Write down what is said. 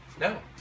No